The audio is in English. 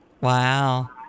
Wow